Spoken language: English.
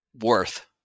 worth